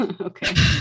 Okay